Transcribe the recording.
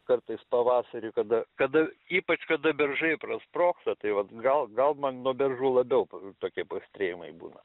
kartais pavasarį kada kada ypač kada beržai prasprogsta tai vat gal gal man nuo beržų labiau tokie paaštrėjimai būna